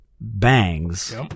bangs